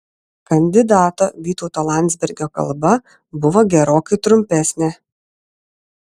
kandidato vytauto landsbergio kalba buvo gerokai trumpesnė